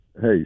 Hey